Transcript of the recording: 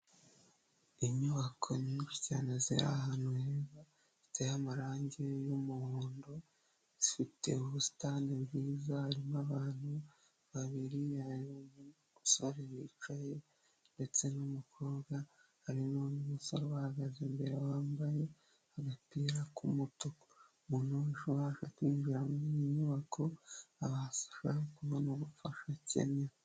Inyubako nyinshi cyane ziri ahantu heza, ziteye amarangi y'umuhondo, zifite ubusitani bwiza, harimo abantu babiri, hari umusore wicaye ndetse n'umukobwa, hari n'undi musore ubahagaze imbere wambaye agapira k'umutuku. Umuntu wese ubasha kwinjira muri iyi nyubako, abasaba kubona ubufasha akeneye.